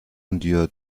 endure